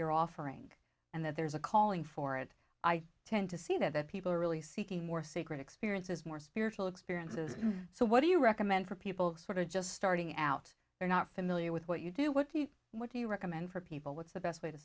you're offering and that there's a calling for it i tend to see that people are really seeking more sacred experiences more spiritual experiences so what do you recommend for people who sort of just starting out they're not familiar with what you do what do you what do you recommend for people what's the best way to